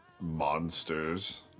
monsters